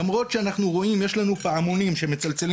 למרות שאנחנו רואים יש לנו בתוך המערכת פעמונים שמצלצלים,